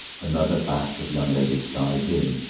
another batch of young ladies dived in.